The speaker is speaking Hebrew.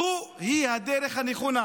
וזו היא הדרך הנכונה.